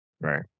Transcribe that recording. Right